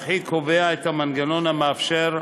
קובעת כי בית-המשפט לעניינים מינהליים רשאי,